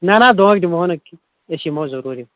نہ نہ دونٛکھٕ دِمو نہٕ أسۍ یِمو ضروٗری